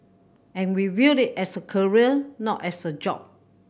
and we viewed it as a career not as a job